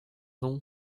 nom